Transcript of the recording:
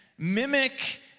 Mimic